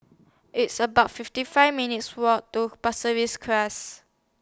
It's about fifty five minutes' Walk to Pasir Ris Crest